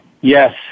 Yes